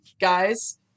guys